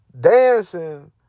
dancing